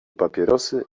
papierosy